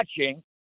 watching